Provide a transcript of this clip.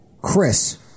Chris